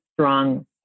strong